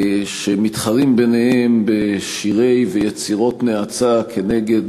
שמתחרים ביניהם לפעמים בשירי ויצירות נאצה כנגד